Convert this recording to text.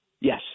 yes